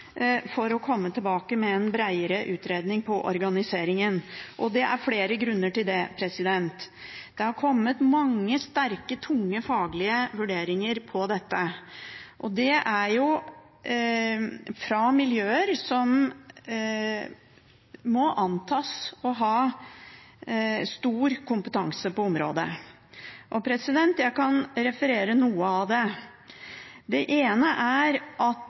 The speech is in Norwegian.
for å komme tilbake med en breiere utredning om organiseringen. Det er flere grunner til det. Det har kommet mange sterke og tunge faglige vurderinger om dette. Det er fra miljøer som må antas å ha stor kompetanse på området. Jeg kan referere noe av det. Det ene er at